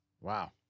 Wow